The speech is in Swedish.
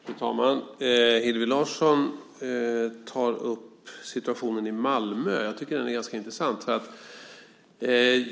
Fru talman! Hillevi Larsson tar upp situationen i Malmö. Jag tycker att den är ganska intressant.